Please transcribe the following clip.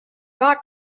god